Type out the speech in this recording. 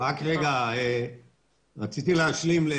רציתי להשלים.